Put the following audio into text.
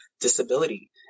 disability